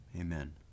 amen